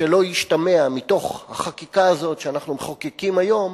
שלא ישתמע מתוך החקיקה הזאת שאנחנו מחוקקים היום